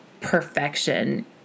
perfection